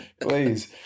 please